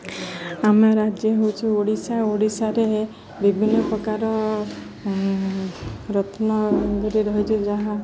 ଆମ ରାଜ୍ୟ ହେଉଛି ଓଡ଼ିଶା ଓଡ଼ିଶାରେ ବିଭିନ୍ନ ପ୍ରକାର ରତ୍ନ ରହିଛି ଯାହା